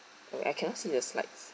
I cannot see the slides